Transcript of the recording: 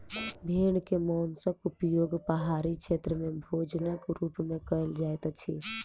भेड़ के मौंसक उपयोग पहाड़ी क्षेत्र में भोजनक रूप में कयल जाइत अछि